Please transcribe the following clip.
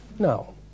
No